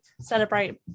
celebrate